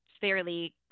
fairly